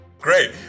Great